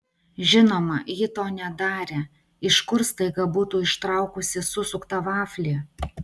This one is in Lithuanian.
žinoma ji to nedarė iš kur staiga būtų ištraukusi susuktą vaflį